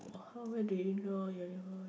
how well do you know your neighbour